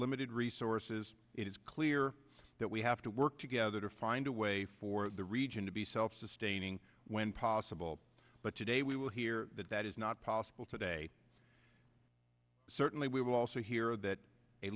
limited resources it is clear that we have to work together to find a way for the region to be self sustaining when possible but today we will hear that that is not possible today certainly we will also hear that a